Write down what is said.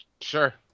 Sure